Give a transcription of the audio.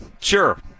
sure